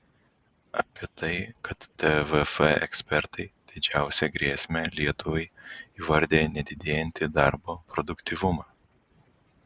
apie tai kad tvf ekspertai didžiausia grėsme lietuvai įvardija nedidėjantį darbo produktyvumą